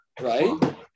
Right